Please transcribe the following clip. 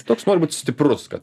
toks nori būti stiprus kad